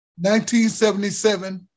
1977